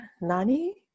nani